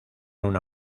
una